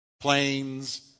planes